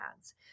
ads